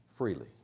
freely